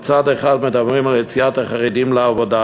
מדברים על יציאת החרדים לעבודה